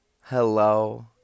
hello